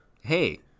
hey